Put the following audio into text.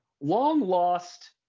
long-lost